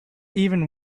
even